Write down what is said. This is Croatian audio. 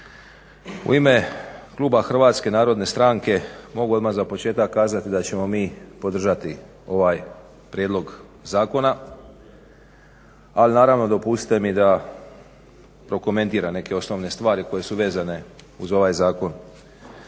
U ime kluba HNS-a mogu odmah za početak kazati da ćemo mi podržati ovaj prijedlog zakona, ali naravno dopustite mi da prokomentiram neke osnovne stvari koje su vezane uz ovaj zakon.